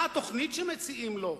מה התוכנית שמציעים לו.